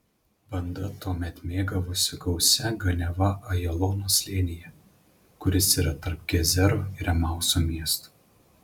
banda tuomet mėgavosi gausia ganiava ajalono slėnyje kuris yra tarp gezero ir emauso miestų